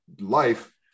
life